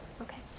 Okay